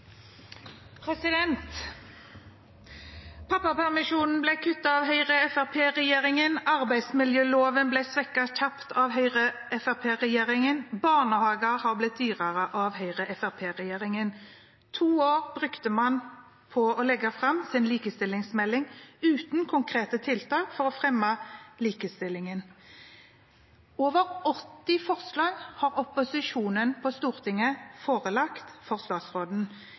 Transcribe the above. Pappapermisjonen ble kuttet av Høyre–Fremskrittsparti-regjeringen, arbeidsmiljøloven ble kjapt svekket av Høyre–Fremskrittsparti-regjeringen, barnehager er blitt dyrere med Høyre–Fremskrittsparti-regjeringen. To år brukte man på å legge fram en likestillingsmelding – uten konkrete tiltak for å fremme likestillingen. Over 80 forslag har opposisjonen på Stortinget forelagt statsråden. De har ikke fått flertall for